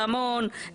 רמון,